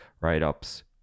write-ups